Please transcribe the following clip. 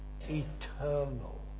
eternal